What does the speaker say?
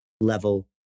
level